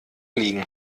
liegen